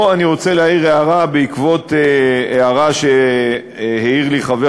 פה אני רוצה להעיר הערה בעקבות הערה שהעיר לי חבר